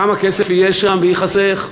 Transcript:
כמה כסף יהיה שם וייחסך?